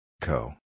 Co